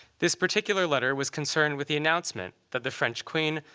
this particular letter was concerned with the announcement that the french queen,